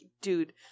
dude